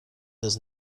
does